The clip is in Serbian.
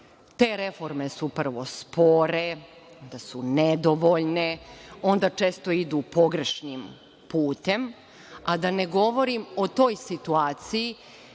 reforme su prvo spore, onda su nedovoljne, onda često idu pogrešnim putem, a da ne govorim o toj situaciji